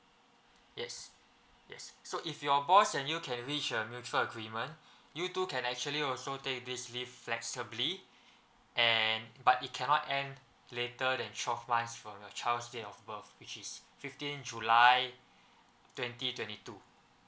yes yes so if your boss and you can reach a mutual agreement you two can actually also take this leave flexibly and but it cannot end later thantwelve month from the child's date of birth which is fifteen july twenty twenty two